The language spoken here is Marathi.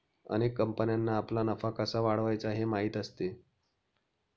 अनेक कंपन्यांना आपला नफा कसा वाढवायचा हे माहीत असते